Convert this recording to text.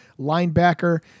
linebacker